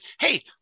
hey –